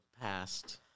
past